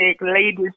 ladies